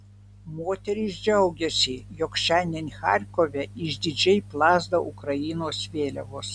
moteris džiaugiasi jog šiandien charkove išdidžiai plazda ukrainos vėliavos